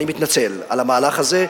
אני מתנצל על המהלך הזה.